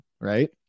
Right